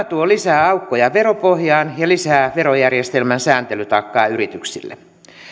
tuo lisää aukkoja veropohjaan ja lisää verojärjestelmän sääntelytaakkaa yrityksille